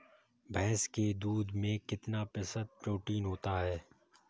भैंस के दूध में कितना प्रतिशत प्रोटीन होता है?